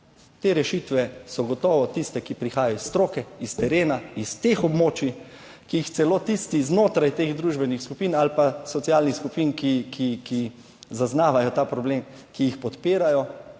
Te rešitve so gotovo tiste, ki prihajajo iz stroke, s terena, s teh območij, ki jih celo tisti znotraj teh družbenih skupin ali socialnih skupin, ki zaznavajo ta problem, podpirajo,